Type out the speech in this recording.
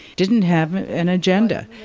didn't have an agenda.